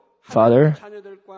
father